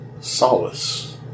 Solace